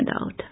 out